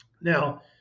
Now